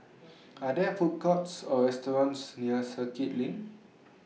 Are There Food Courts Or restaurants near Circuit LINK